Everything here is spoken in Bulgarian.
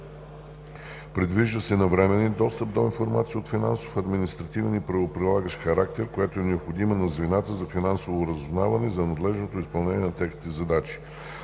Предвижда се навременен достъп до информация от финансов, административен и правоприлагащ характер, която е необходима на звената за финансово разузнаване за надлежното изпълнение на техните задачи.